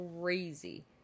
crazy